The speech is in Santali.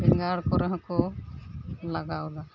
ᱵᱮᱸᱜᱟᱲ ᱠᱚᱨᱮᱦᱚᱸ ᱠᱚ ᱞᱟᱜᱟᱣᱫᱟ